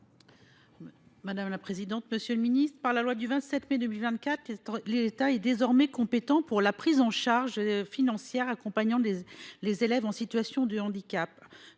de la recherche. Monsieur le ministre, depuis la loi du 27 mai 2024, l’État est désormais compétent pour la prise en charge financière des accompagnants d’élèves en situation de handicap